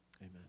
Amen